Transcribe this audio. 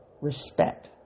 respect